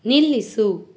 ನಿಲ್ಲಿಸು